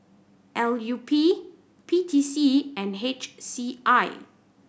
L U P P T C and H C I